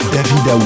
David